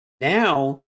now